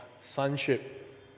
sonship